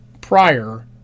prior